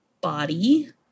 body